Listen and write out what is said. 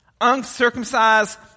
uncircumcised